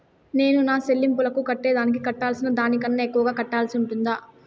నేను నా సెల్లింపులకు కట్టేదానికి కట్టాల్సిన దానికన్నా ఎక్కువగా కట్టాల్సి ఉంటుందా?